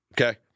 okay